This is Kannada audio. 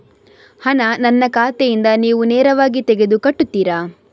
ಹಣ ನನ್ನ ಖಾತೆಯಿಂದ ನೀವು ನೇರವಾಗಿ ತೆಗೆದು ಕಟ್ಟುತ್ತೀರ?